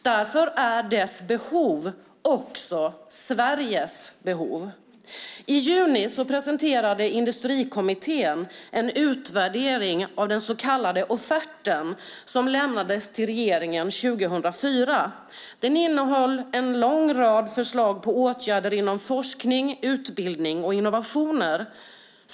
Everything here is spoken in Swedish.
Därför är dess behov också Sveriges behov. I juni presenterade Industrikommittén en utvärdering av den så kallade offerten som lämnades till regeringen 2004. Den innehåller en lång rad förslag på åtgärder inom forskning, utbildning och innovation.